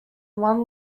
one